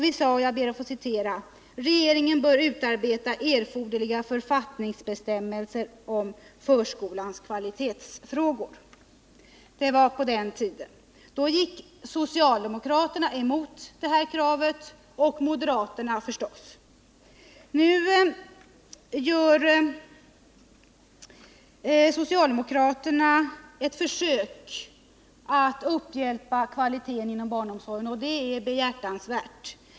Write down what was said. Vi sade: ”Regeringen bör utarbeta erforderliga författningsbestämmelser om förskolans kvalitetsfrågor.” Det var på den tiden. Då gick socialdemokraterna emot detta krav — och moderaterna förstås. Nu gör socialdemokraterna ett försök att hjälpa upp kvaliteten inom barnomsorgen. Det är behjärtansvärt.